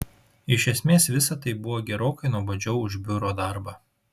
iš esmės visa tai buvo gerokai nuobodžiau už biuro darbą